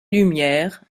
lumières